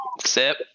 sip